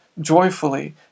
joyfully